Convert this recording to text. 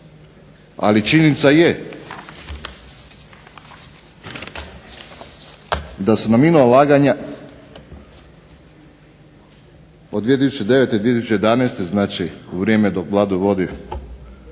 ali činjenica je da su nam INO ulaganja od 2009. i 2011., znači u vrijeme dok Vladu vodi